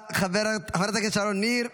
חברת הכנסת שרון ניר,